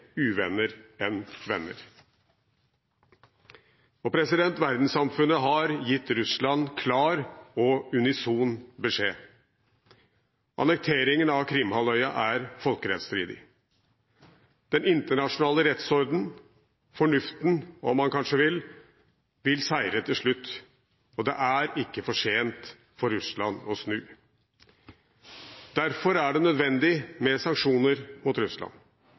uvenner enn venner. Verdenssamfunnet har gitt Russland klar og unison beskjed: Annekteringen av Krim-halvøya er folkerettsstridig. Den internasjonale rettsordenen – fornuften, om man kanskje vil – vil seire til slutt, og det er ikke for sent for Russland å snu. Derfor er det nødvendig med sanksjoner mot Russland, russiske interesser og